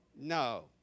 No